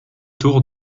tour